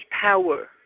power